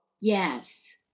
Yes